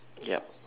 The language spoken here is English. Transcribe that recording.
yup